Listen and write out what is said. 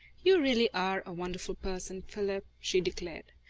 you really are a wonderful person, philip, she declared.